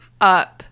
up